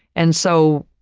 and so,